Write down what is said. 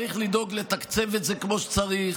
צריך לדאוג לתקצב את זה כמו שצריך.